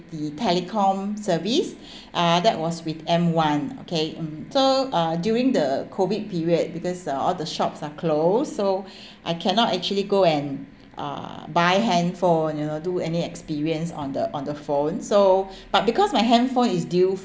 the telecom service uh that was with M one okay um so uh during the COVID period because uh all the shops are closed so I cannot actually go and uh buy handphone you know do any experience on the on the phone so but because my handphone is due